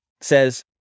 says